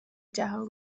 جهان